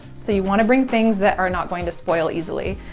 so you want to bring things that are not going to spoil easily.